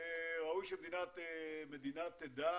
ראוי שמדינה תדע